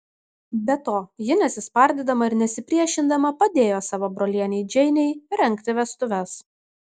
be to ji nesispardydama ir nesipriešindama padėjo savo brolienei džeinei rengti vestuves